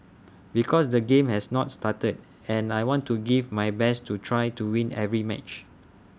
because the game has not started and I want to give my best to try to win every match